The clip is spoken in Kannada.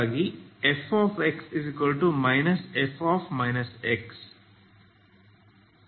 ಗಾಗಿ Fx F